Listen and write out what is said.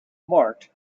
marked